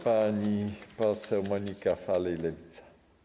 Pani poseł Monika Falej, Lewica.